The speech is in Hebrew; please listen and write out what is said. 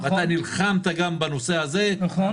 אתה נלחמת גם בנושא הזה -- נכון.